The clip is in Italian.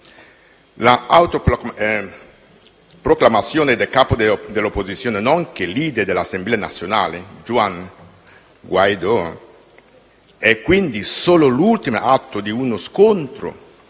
L'autoproclamazione del capo dell'opposizione, nonché *leader* dell'Assemblea nazionale, Juan Guaidó, è quindi solo l'ultimo atto di uno scontro